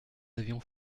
avions